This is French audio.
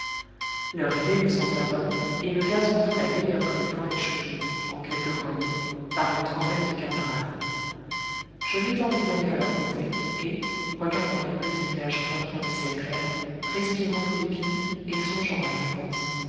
leur idée me sembla bonne et le gazon frais meilleur que le foin échauffé en quelque grenier par une trentaine de camarades je m'étendis donc à leurs côtés et regardant les petits nuages blancs dans le ciel clair respirant l'aubépine et songeant à thérence